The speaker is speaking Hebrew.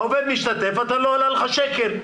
העובד משתתף, לא עולה לך שקל.